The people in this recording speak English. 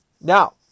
Now